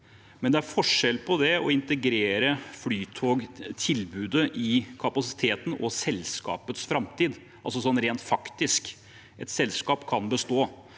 men det er forskjell på det å integrere flytogtilbudet i kapasiteten og selskapets framtid rent faktisk. Et selskap kan bestå